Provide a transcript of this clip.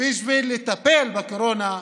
בשביל לטפל בקורונה,